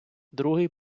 другий